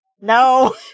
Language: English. no